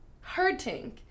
Hurting